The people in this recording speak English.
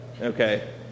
okay